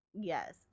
Yes